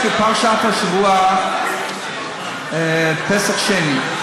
יש בפרשת השבוע פסח שני,